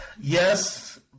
yes